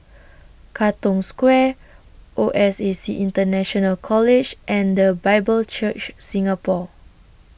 Katong Square O S A C International College and The Bible Church Singapore